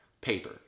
paper